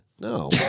No